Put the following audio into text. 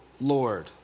Lord